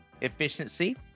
efficiency